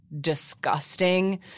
disgusting